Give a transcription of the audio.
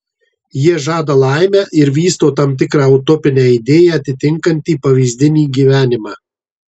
jie žada laimę ir vysto tam tikrą utopinę idėją atitinkantį pavyzdinį gyvenimą